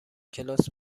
کلاس